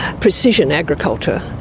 precision agriculture,